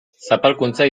zapalkuntza